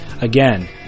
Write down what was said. again